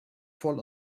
voll